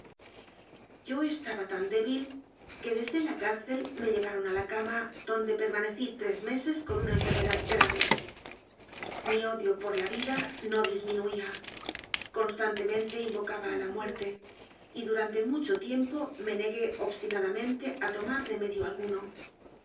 yo estaba tan débil que desde la cárcel me lle varon a la cama donde permanecí tres meses con una enfermedad grave mi odio por la vida no disminuía constantemente invocaba a la muerte y durante mucho tiempo me negué obstinadamen te a tomar remedio alguno